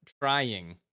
trying